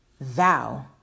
Thou